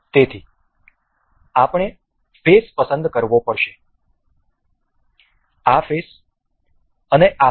તેથી આપણે ફેસ પસંદ કરવો પડશે આ ફેસ અને આ ફેસ